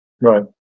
Right